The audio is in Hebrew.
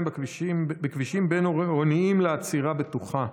בכבישים בין-עירוניים לעצירה בטוחה.